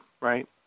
Right